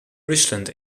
richland